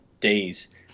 days